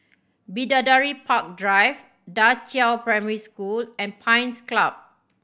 Bidadari Park Drive Da Qiao Primary School and Pines Club